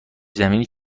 زمینی